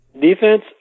Defense